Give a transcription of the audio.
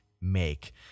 make